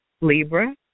Libra